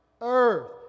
earth